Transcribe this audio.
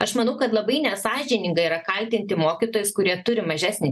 aš manau kad labai nesąžininga yra kaltinti mokytojus kurie turi mažesnį